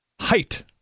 height